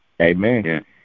Amen